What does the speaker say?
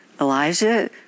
Elijah